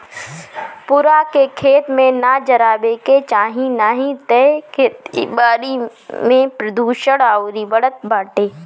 पुअरा के, खेत में ना जरावे के चाही नाही तअ खेती बारी में प्रदुषण अउरी बढ़त बाटे